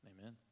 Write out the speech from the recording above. Amen